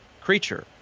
creature